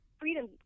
Freedom